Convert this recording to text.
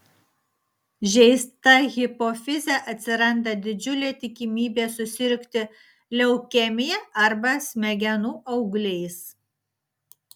žeista hipofize atsiranda didžiulė tikimybė susirgti leukemija arba smegenų augliais